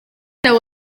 bene